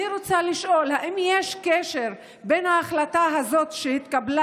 אני רוצה לשאול: האם יש קשר בין ההחלטה הזאת שהתקבלה